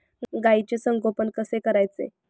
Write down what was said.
गाईचे संगोपन कसे करायचे?